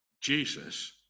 Jesus